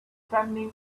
standing